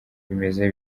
bimeze